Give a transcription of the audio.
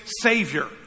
savior